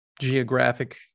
geographic